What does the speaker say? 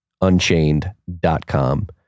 Unchained.com